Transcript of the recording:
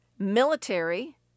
military